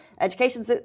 education